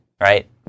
right